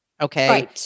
okay